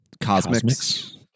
Cosmics